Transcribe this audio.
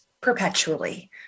perpetually